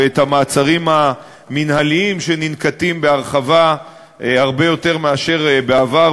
ואת המעצרים המינהליים שננקטים הרבה יותר מאשר בעבר,